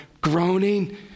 groaning